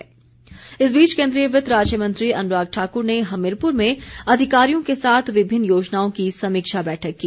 अनुराग ठाकुर इस बीच केन्द्रीय वित्त राज्य मंत्री अनुराग ठाकुर ने हमीरपुर में अधिकारियों के साथ विभिन्न योजनाओं की समीक्षा बैठक की